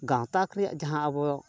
ᱜᱟᱛᱟᱠ ᱨᱮᱭᱟᱜ ᱡᱟᱦᱟᱸ ᱟᱵᱚ